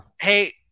Hey